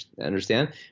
understand